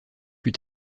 plus